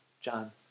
John